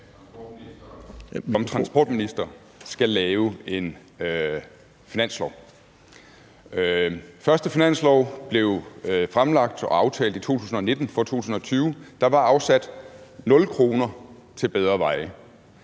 transportministeren skal lave en finanslov. Første finanslov for 2020 blev fremsat og aftalt i 2019. Der var afsat nul kroner til bedre veje.